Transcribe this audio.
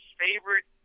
favorite